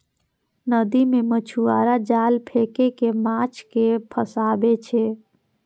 नदी मे मछुआरा जाल फेंक कें माछ कें फंसाबै छै